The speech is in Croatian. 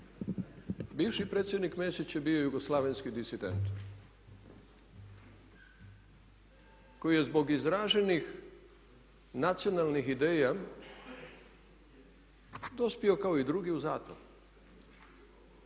Bivši predsjednik Mesić je bio jugoslavenski disident koji je zbog izraženih nacionalnih ideja dospio kao i drugi u zatvor.